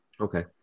Okay